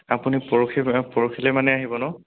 আপুনি পৰখি মানে পৰখিলৈ মানে আহিব ন